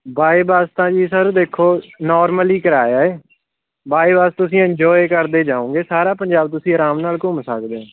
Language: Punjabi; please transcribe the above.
ਬਾਏ ਬੱਸ ਤਾਂ ਜੀ ਸਰ ਦੇਖੋ ਨੋਰਮਲੀ ਕਿਰਾਇਆ ਹੈ ਬਾਏ ਬੱਸ ਤੁਸੀਂ ਇੰਜੋਏ ਕਰਦੇ ਜਾਉਂਗੇ ਸਾਰਾ ਪੰਜਾਬ ਤੁਸੀਂ ਆਰਾਮ ਨਾਲ ਘੁੰਮ ਸਕਦੇ ਹੋ